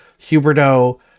Huberto